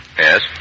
Yes